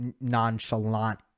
nonchalant